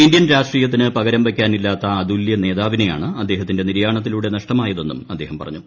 Indian രാഷ്ട്രീയത്തിന് പകരംവക്കാനില്ലാത്ത അതുല്യ നേതാവിനെയാണ് അദ്ദേഹത്തിന്റെ നിര്യാണത്തിലൂടെ നഷ്ടമായതെന്നും അദ്ദേഹം പറഞ്ഞു